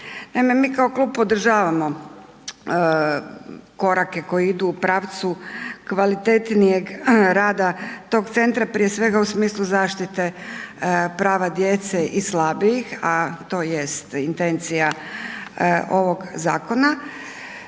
mi kao klub podržavamo korake koji idu u pravcu kvalitetnijeg rada tog centra, prije svega u smislu zaštite prava djece i slabijih, a to jest intencija ovog zakona.